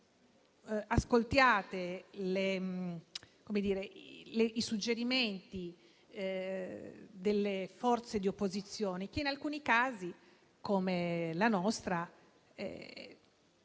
ascoltiate i suggerimenti delle forze di opposizione, che in alcuni casi, come nella nostra,